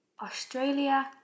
Australia